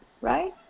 right